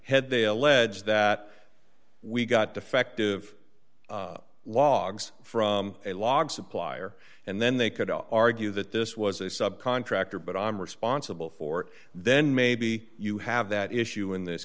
had they allege that we got defective logs from a log supplier and then they could argue that this was a subcontractor but i'm responsible for it then maybe you have that issue in this